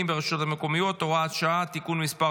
ברשויות המקומיות (הוראת שעה) (תיקון מס'